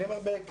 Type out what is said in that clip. אני אומר בכנות,